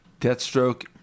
Deathstroke